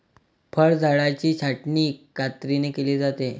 फळझाडांची छाटणी कात्रीने केली जाते